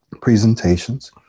presentations